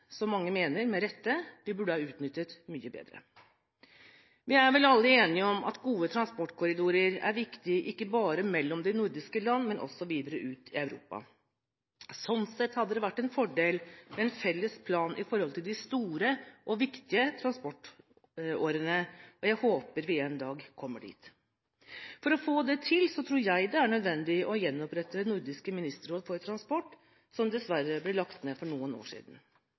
som mange mener – med rette – vi burde ha utnyttet mye bedre. Vi er vel alle enige om at gode transportkorridorer er viktig, ikke bare mellom de nordiske land, men også videre ut i Europa. Sånn sett hadde det vært en fordel med en felles plan i forhold til de store og viktige transportårene, og jeg håper vi en dag kommer dit. For å få det til tror jeg det er nødvendig å gjenopprette det nordiske ministerrådet for transport som dessverre ble lagt ned for noen år siden.